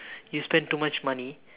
you spent too much money